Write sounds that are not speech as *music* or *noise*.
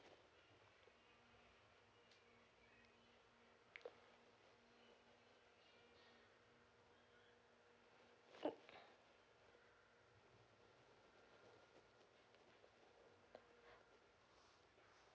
*noise*